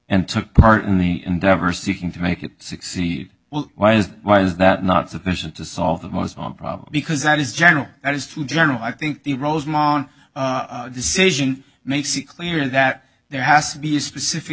and took part in the endeavor seeking to make it succeed well why is why is that not sufficient to solve the most on problem because that is general that is too general i think the rosemont decision makes it clear that there has to be a specific